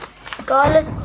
Scarlet